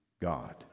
God